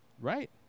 right